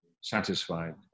satisfied